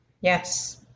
yes